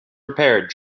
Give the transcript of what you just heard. repaired